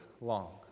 long